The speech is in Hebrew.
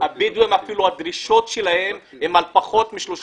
הבדואים אפילו הדרישות שלהם הינן על פחות משלושה אחוזים מכל השטח.